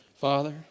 Father